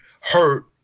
hurt